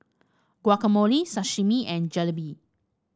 Guacamole Sashimi and Jalebi